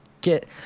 get